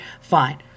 fine